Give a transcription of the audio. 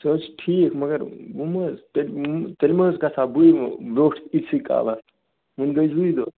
سُہ حظ چھِ ٹھیک مگر وۄنۍ مہ حظ تیٚلہِ تیٚلہِ ما حظ گژھہٕ ہا بٕے ویٚوٹھ یتسٕے کالَس وُنہِ گٔے زٕے دۄہ